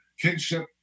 kinship